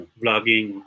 vlogging